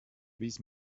bis